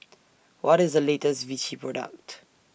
What IS The latest Vichy Product